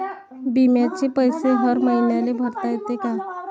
बिम्याचे पैसे हर मईन्याले भरता येते का?